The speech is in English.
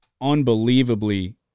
unbelievably